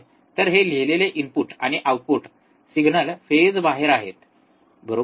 तर हे लिहिलेले इनपुट आणि आउटपुट सिग्नल फेजबाहेर आहेत बरोबर